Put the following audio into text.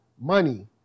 money